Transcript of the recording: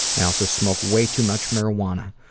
i also smoke way too much marijuana.